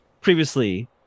previously